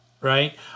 Right